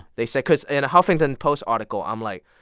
they say cause in a huffington post article, i'm like,